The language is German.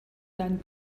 deinen